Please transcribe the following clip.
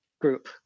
group